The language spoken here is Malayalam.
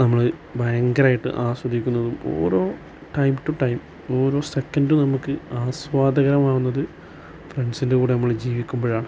നമ്മൾ ഭയങ്കരമായിട്ട് ആസ്വദിക്കുന്നതും ഓരോ ടൈം റ്റു ടൈം ഓരോ സെക്കൻഡ് നമുക്ക് ആസ്വാദകരമാവുന്നത് ഫ്രണ്ട്സിൻ്റെ കൂടെ നമ്മൾ ജീവിക്കുമ്പോഴാണ്